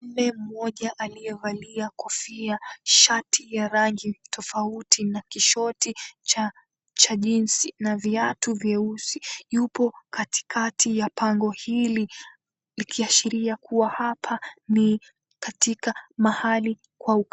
Mume mmoja aliyevalia kofia, shati ya rangi tofauti na kishoti cha cha jinsi na viatu vyeusi. Yupo katikati ya pango hili likiashiria kuwa hapa ni katika mahali kwa ukweli.